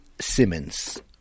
Simmons